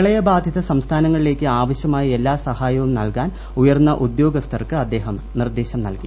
പ്രളയബാധിത സംസ്ഥാനങ്ങളിലേക്ക് ആവശ്യമായ എല്ലാ സഹായവും നൽകാൻ ഉയർന്ന ഉദ്യോഗസ്ഥർക്ക് അദ്ദേഹം നിർദ്ദേശം നൽകി